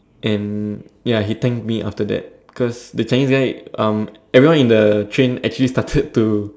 and ya he thanked me after that cause the Chinese guy um everyone in the train they started to